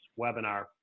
webinar